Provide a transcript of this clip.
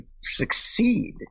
succeed